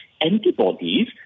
antibodies